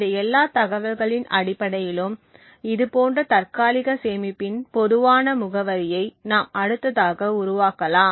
இந்த எல்லா தகவல்களின் அடிப்படையிலும் இதுபோன்ற தற்காலிக சேமிப்பின் பொதுவான முகவரியை நாம் அடுத்ததாக உருவாக்கலாம்